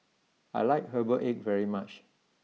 I like Herbal Egg very much